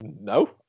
No